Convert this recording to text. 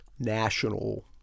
National